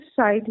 side